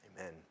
Amen